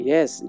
Yes